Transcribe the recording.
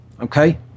Okay